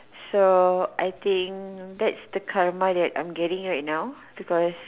so I think that's the karma that I am getting right now because